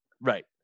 right